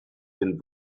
been